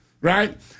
Right